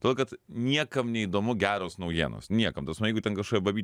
todėl kad niekam neįdomu geros naujienos niekam ta prasme jeigu ten kažkokia babytė